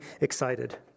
excited